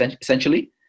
essentially